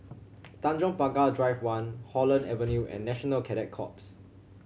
Tanjong Pagar Drive One Holland Avenue and National Cadet Corps